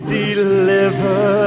deliver